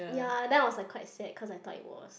ya then I was like quite sad cause I thought it was